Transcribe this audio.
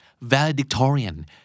Valedictorian